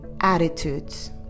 attitudes